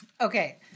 Okay